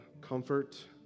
comfort